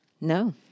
No